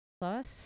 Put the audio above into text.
Plus